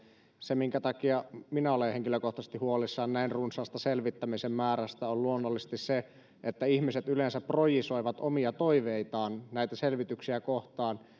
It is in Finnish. se minkä takia minä olen henkilökohtaisesti huolissani näin runsaasta selvittämisen määrästä on luonnollisesti se että ihmiset yleensä projisoivat omia toiveitaan näitä selvityksiä kohtaan